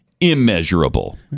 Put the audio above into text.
immeasurable